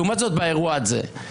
לעומת זאת באירוע הזה,